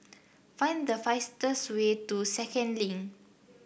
find the fastest way to Second Link